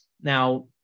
Now